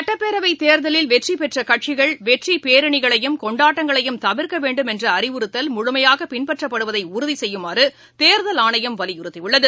சட்டப்பேரவை தேர்தலில் வெற்றிபெற்ற கட்சிகள் வெற்றிப் பேரணிகளையும் கொண்டாட்டங்களையும் தவிர்க்க வேண்டும் என்ற அறிவுறுத்தல் முழுமையாக பின்பற்றப்படுவதை உறுதி செய்யுமாறு தேர்தல் ஆணையம் வலியுறுத்தியுள்ளது